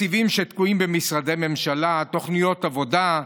תקציבים שתקועים במשרדי ממשלה, תוכניות עבודה,